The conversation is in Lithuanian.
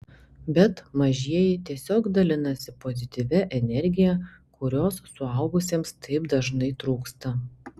bet mažieji tiesiog dalinasi pozityvia energija kurios suaugusiems taip dažnai trūksta